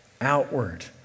outward